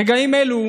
ברגעים אלו